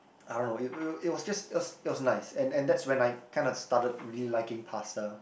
I don't know it it it was just it was it was nice and and that's when I kind of started really liking pasta